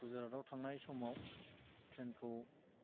गुजरातआव थांनाय समाव ट्रेनखौ